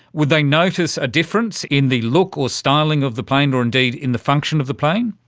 would they notice a difference in the look or styling of the plane, or indeed in the function of the plane?